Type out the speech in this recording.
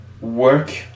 work